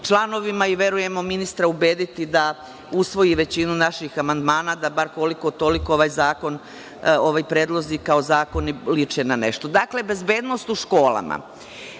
i verujemo ministra ubediti ga da usvoji većinu naših amandmana, da bar koliko-toliko ovi predlozi zakona liče na nešto. Dakle, bezbednost u školama